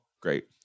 Great